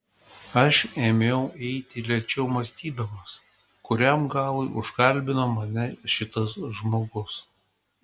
aš ėmiau eiti lėčiau mąstydamas kuriam galui užkalbino mane šitas žmogus